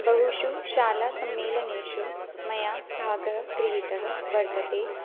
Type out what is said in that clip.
बहुषु शालासम्मेलनेषु मया भागः गृहीतः वर्तते